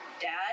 dad